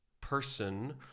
person